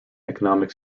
economic